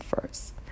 first